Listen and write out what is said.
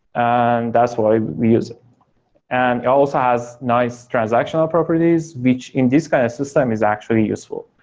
and that's why we use it and it also has nice transactional properties, which in this kind of system is actually useful,